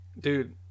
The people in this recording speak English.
dude